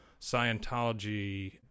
Scientology